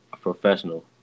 professional